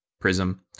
prism